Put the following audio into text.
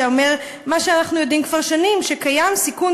שאומרים מה שאנחנו יודעים כבר שנים: שקיים סיכון